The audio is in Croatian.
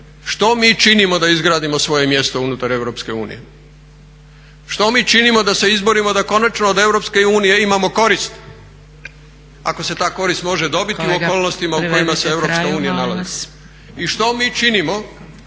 što mi činimo da izgradimo svoje mjesto unutar Europske unije? Što mi činimo da se izborimo da konačno od Europske unije imamo korist ako se ta korist može dobiti u okolnostima u kojima … …/Upadica Zgrebec: